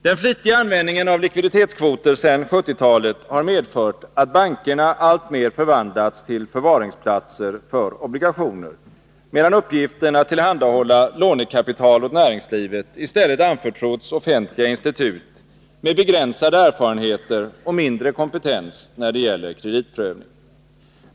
Den flitiga användningen av likviditetskvoter sedan 1970-talet har medfört att bankerna alltmer förvandlats till förvaringsplatser för obligationer, medan uppgiften att tillhandahålla lånekapital åt näringslivet i stället anförtrotts offentliga institut med begränsade erfarenheter och mindre kompetens när det gäller kreditprövning.